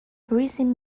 recent